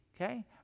okay